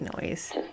noise